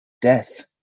death